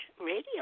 radio